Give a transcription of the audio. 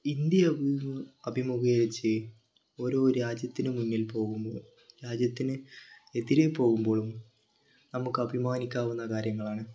ഇന്ത്യയെ അഭിമുഖീ അഭിമുഖീകരിച്ച് ഓരോ രാജ്യത്തിന് മുന്നിൽ പോകുമ്പോൾ രാജ്യത്തിന് എതിരെ പോകുമ്പോഴും നമുക്കഭിമാനിക്കാവുന്ന കാര്യങ്ങളാണ്